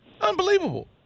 Unbelievable